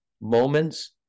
moments